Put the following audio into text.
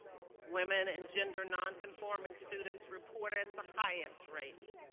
women and gender non-conforming students reported the highest rates,